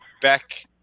Beck